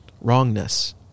wrongness